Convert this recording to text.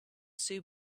sew